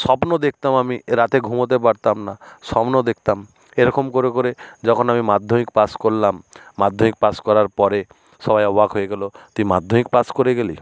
স্বপ্ন দেখতাম আমি রাতে ঘুমোতে পারতাম না স্বপ্ন দেখতাম এরকম করে করে যখন আমি মাধ্যমিক পাস করলাম মাধ্যমিক পাস করার পরে সবাই অবাক হয়ে গেলো তুই মাধ্যমিক পাস করে গেলি